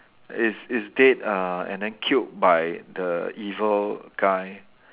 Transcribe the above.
is is dead uh and then killed by the evil guy